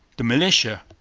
the militia.